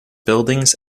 buildings